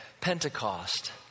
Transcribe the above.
Pentecost